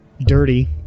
dirty